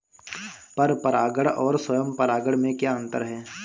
पर परागण और स्वयं परागण में क्या अंतर है?